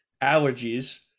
Allergies